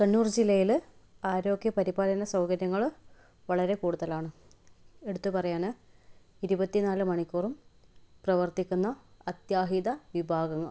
കണ്ണൂർ ജില്ലയിൽ ആരോഗ്യപരിപാലന സൗകര്യങ്ങൾ വളരെ കൂടുതലാണ് എടുത്ത് പറയാൻ ഇരുപത്തിനാല് മണിക്കൂറും പ്രവർത്തിക്കുന്ന അത്യാഹിത വിഭാഗങ്ങൾ